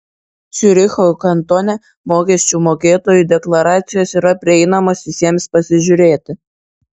ciuricho kantone mokesčių mokėtojų deklaracijos yra prieinamos visiems pasižiūrėti